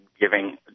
giving